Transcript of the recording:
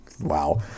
Wow